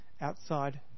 outside